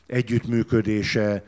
együttműködése